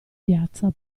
piazza